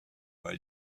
weil